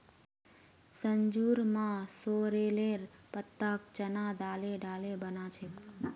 संजूर मां सॉरेलेर पत्ताक चना दाले डाले बना छेक